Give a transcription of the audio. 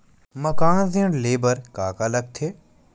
मकान ऋण ले बर का का लगथे?